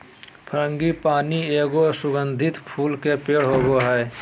frangipani एगो सुगंधित फूल के पेड़ होबा हइ